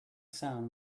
sound